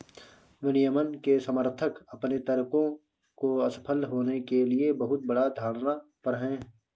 विनियमन के समर्थक अपने तर्कों को असफल होने के लिए बहुत बड़ा धारणा पर हैं